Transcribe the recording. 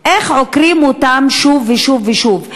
איך עוקרים אותם שוב ושוב ושוב.